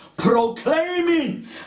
Proclaiming